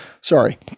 Sorry